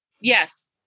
Yes